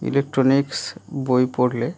electronics বই পড়লে